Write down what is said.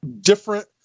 different